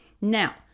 Now